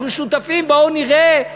אנחנו שותפים, בואו נראה.